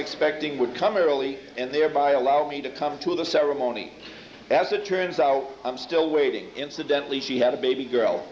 expecting would come early and thereby allow me to come to the ceremony as it turns out i'm still waiting incidentally she had a baby girl